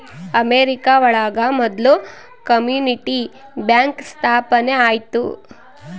America ಒಳಗ ಮೊದ್ಲು community bank ಸ್ಥಾಪನೆ ಆಯ್ತು